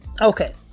Okay